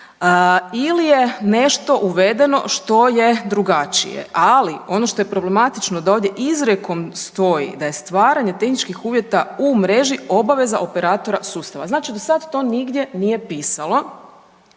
ili je nešto uvedeno što je drugačije. Ali ono što je problematično da ovdje izrijekom stoji da je stvaranje tehničkih uvjeta u mreži obaveza operatora sustava. Znači do sad to nigdje nije pisalo,